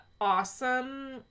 awesome